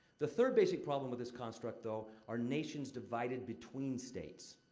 the third basic problem this construct, though, are nations divided between states.